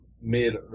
mid